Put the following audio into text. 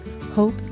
Hope